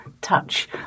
touch